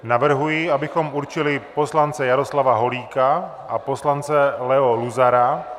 Navrhuji, abychom určili poslance Jaroslava Holíka a poslance Leo Luzara.